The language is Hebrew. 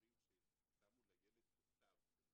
במקרים ששמו לילד תותב,